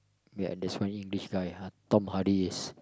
ya there's one English guy uh Tom-Hardy is